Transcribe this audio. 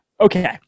okay